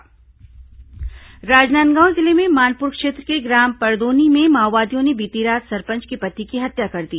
माओवादी हत्या गिरफ्तार राजनांदगांव जिले में मानपुर क्षेत्र के ग्राम परदोनी में माओवादियों ने बीती रात सरपंच के पति की हत्या कर दी